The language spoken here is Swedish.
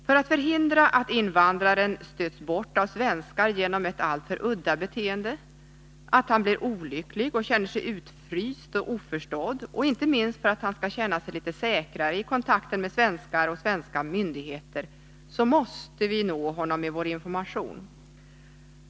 För att förhindra att invandraren stöts bort av svenskar genom ett alltför ”udda” beteende, att han blir olycklig och känner sig utfryst och oförstådd och inte minst för att han skall känna sig litet säkrare i kontakten med svenskar och svenska myndigheter, måste vi nå honom med vår information.